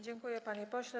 Dziękuję, panie pośle.